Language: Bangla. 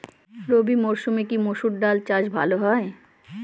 রবি মরসুমে কি মসুর ডাল চাষ ভালো হয়?